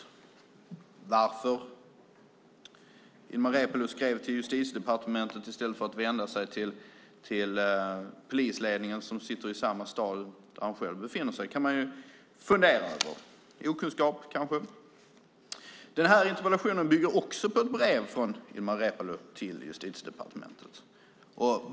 Man kan ju fundera över varför Ilmar Reepalu skrev till Justitiedepartementet i stället för att vända sig till polisledningen i samma stad som han själv befinner sig i. Det kanske berodde på okunskap. Den här interpellationen bygger också på ett brev från Ilmar Reepalu till Justitiedepartementet.